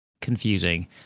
confusing